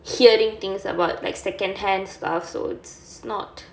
hearing things about like second hand stuff so it's not